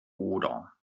oder